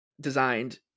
designed